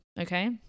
Okay